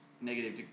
Negative